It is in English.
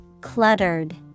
Cluttered